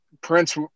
Prince